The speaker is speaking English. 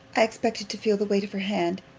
i expected to feel the weight of her hand.